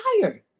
tired